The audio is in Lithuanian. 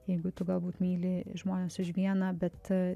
jeigu tu galbūt myli žmones už vieną bet